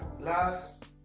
last